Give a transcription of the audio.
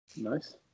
Nice